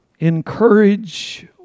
encourage